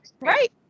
Right